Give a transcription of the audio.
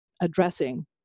addressing